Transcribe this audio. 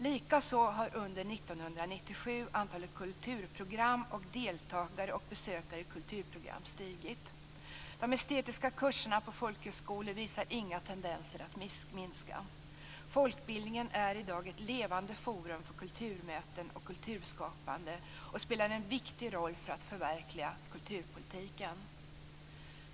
Likaså har under 1997 antalet kulturprogram och deltagare och besökare i kulturprogram stigit. De estetiska kurserna på folkhögskolor visar inga tendenser att minska. Folkbildningen är i dag ett levande forum för kulturmöten och kulturskapande och spelar en viktig roll för att förverkliga kulturpolitiken.